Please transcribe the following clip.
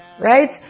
right